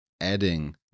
adding